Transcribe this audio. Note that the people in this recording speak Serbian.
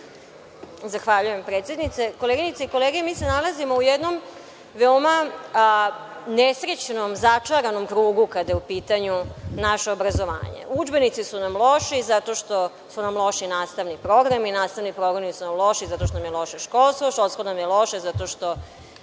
Zahvaljujem. Koleginice i kolege, mi se nalazimo u jednom veoma nesrećnom, začaranom krugu kada je u pitanju naše obrazovanje. Udžbenici su nam loši zato što su nam loši nastavni programi. Nastavni programi su nam loši zato što nam je loše školstvo. Školstvo nam je loše zato što